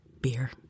Beer